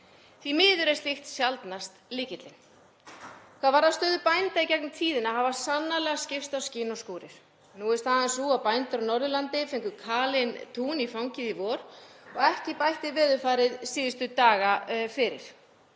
Því miður er slíkt sjaldnast lykillinn. Hvað varðar stöðu bænda í gegnum tíðina hafa sannarlega skipst á skin og skúrir. Nú er staðan sú að bændur á Norðurlandi fengu kalin tún í fangið í vor og ekki bætti veðurfarið síðustu daga fyrir.